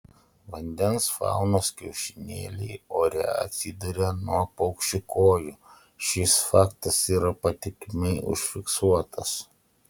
vandens faunos kiaušinėliai ore atsiduria nuo paukščių kojų šis faktas yra patikimai užfiksuotas